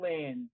land